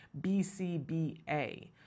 BCBA